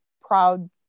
proud